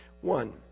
One